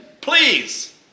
Please